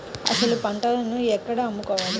అసలు పంటను ఎక్కడ అమ్ముకోవాలి?